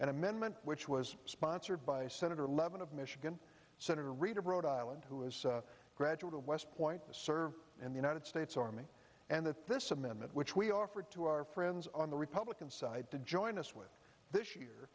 an amendment which was sponsored by senator levin of michigan senator reed of rhode island who is a graduate of west point served in the united states army and that this amendment which we offered to our friends on the republican side to join us with this year